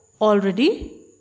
already